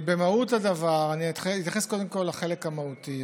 אני אתייחס קודם כול לחלק המהותי.